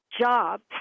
jobs